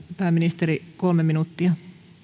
pääministeri kolme minuuttia